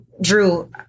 Drew